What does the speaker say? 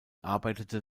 arbeitete